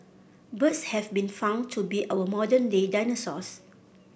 birds have been found to be our modern day dinosaurs